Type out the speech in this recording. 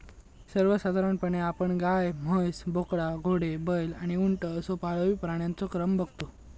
सर्वसाधारणपणे आपण गाय, म्हस, बोकडा, घोडो, बैल आणि उंट असो पाळीव प्राण्यांचो क्रम बगतो